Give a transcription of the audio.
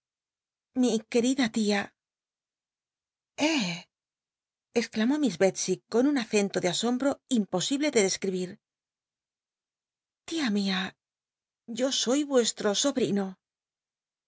querida tia eh exclamó miss llctscy con un acento de asombto imposible de desctibir tia mía yo soy vueslto sobrino